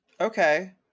Okay